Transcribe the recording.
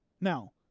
Now